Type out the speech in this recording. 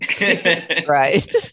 Right